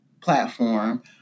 platform